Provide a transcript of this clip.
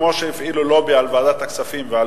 כמו שהפעילו לובי על ועדת הכספים ועל